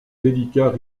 délicat